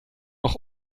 auch